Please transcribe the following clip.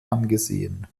angesehen